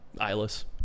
Eyeless